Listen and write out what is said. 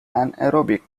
anaerobic